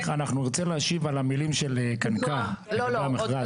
להשיב למילים של עו"ד קנקה בעניין המכרז.